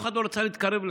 אף אחד לא רוצה להתקרב לשם.